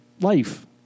life